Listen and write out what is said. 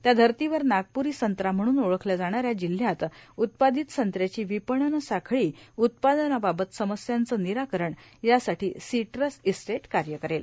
त्या धर्तीवर नागप्री संत्रा म्हणून ओळखल्या जाणाऱ्या जिल्ह्यात उत्पादित संत्र्याची विपणन साखळीए उत्पादनाबाबत समस्यांचे निराकरण यासाठी श्सीट्रस इस्टेटश् कार्य करेल